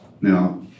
Now